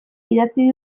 idatzi